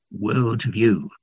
worldview